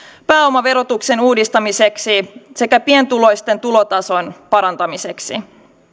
pääomaverotuksen uudistamiseksi sekä pienituloisten tulotason parantamiseksi